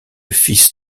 fils